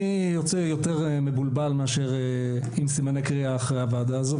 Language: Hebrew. אני יוצא יותר מבולבל מאשר עם סימני קריאה אחרי הוועדה הזו,